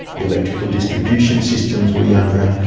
the electrical distribution systems were younger,